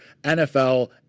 NFL